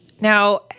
Now